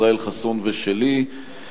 ישראל חסון ושלי,